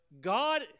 God